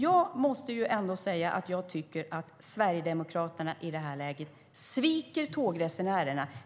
Jag måste säga att jag tycker att Sverigedemokraterna i det här läget sviker tågresenärerna.